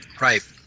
Right